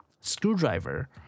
screwdriver